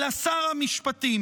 אלא שר המשפטים.